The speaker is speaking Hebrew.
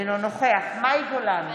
אינו נוכח מאי גולן,